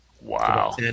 Wow